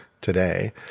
today